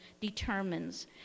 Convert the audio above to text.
determines